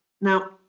Now